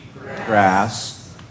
grass